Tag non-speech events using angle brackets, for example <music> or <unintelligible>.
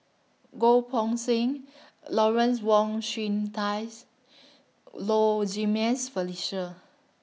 Goh Poh Seng Lawrence Wong Shyun Tsai's Low <unintelligible> Felicia